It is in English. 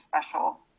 special